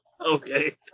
Okay